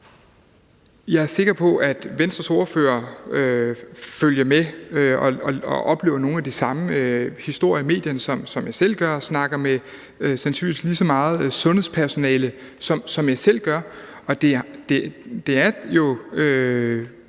Jeg er sikker på, at Venstres ordfører følger med i og oplever nogle af de samme historier i medierne, som jeg selv gør, og sandsynligvis snakker med lige så meget sundhedspersonale, som jeg selv gør, så jeg